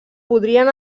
podrien